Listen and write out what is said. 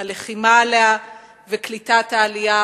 הלחימה עליה וקליטת העלייה,